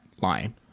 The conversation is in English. line